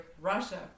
Russia